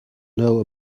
know